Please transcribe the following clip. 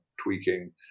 tweaking